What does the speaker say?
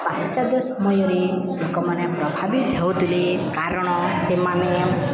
ପାଶ୍ଚ୍ୟଦ ସମୟରେ ଲୋକମାନେ ପ୍ରଭାବିତ ହେଉଥିଲେ କାରଣ ସେମାନେ